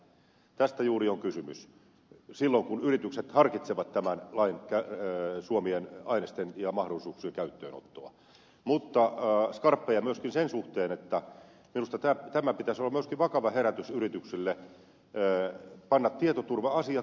tästä juuri on kysymys silloin kun yritykset harkitsevat tämän lain suomien ainesten ja mahdollisuuksien käyttöönottoa mutta niiden pitää olla skarppeja myöskin sen suhteen että minusta tämän pitäisi olla myöskin vakava herätys yrityksille panna tietoturva asiat kuntoon